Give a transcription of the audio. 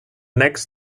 next